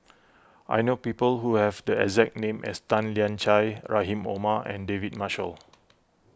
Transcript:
I know people who have the exact name as Tan Lian Chye Rahim Omar and David Marshall